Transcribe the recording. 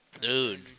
Dude